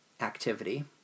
activity